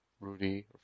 Rudy